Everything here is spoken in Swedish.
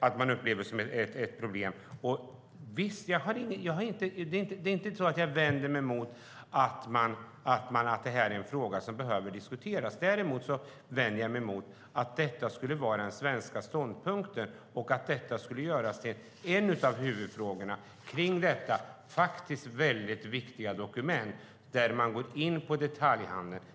Det är inte så att jag vänder mig emot att detta är en fråga som behöver diskuteras. Däremot vänder jag mig emot att detta skulle vara den svenska ståndpunkten och att det skulle göras till en av huvudfrågorna kring det faktiskt väldigt viktiga dokument där man går in på detaljhandeln.